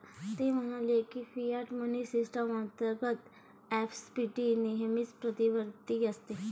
ते म्हणाले की, फियाट मनी सिस्टम अंतर्गत अपस्फीती नेहमीच प्रतिवर्ती असते